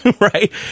Right